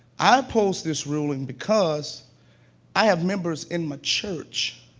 i oppose this ruling because i have members in my church